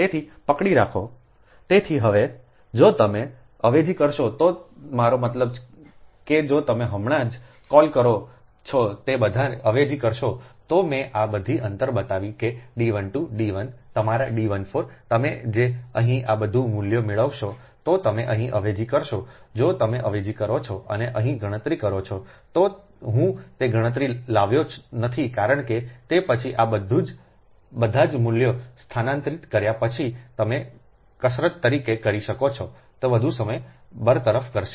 તેથી પકડી રાખોતેથી હવે જો તમે અવેજી કરશો તો મારો મતલબ કે જો તમે હમણાં જ ક callલ કરો છો તે બધાને અવેજી કરશો તો મેં આ બધી અંતર બતાવી કે D 12 D 1તમારા D 14 તમે જે અહીં આ બધા મૂલ્યો મેળવશો તે તમે અહીં અવેજી કરશો જો તમે અવેજી કરો છો અને અહીં ગણતરી કરો છો તો હું તે ગણતરી લાવ્યો નથી કારણ કે તે પછી આ બધા જ મૂલ્યોને સ્થાનાંતરિત કર્યા પછી તમે કસરત તરીકે કરી શકો છો તે વધુ સમય બરતરફ કરશે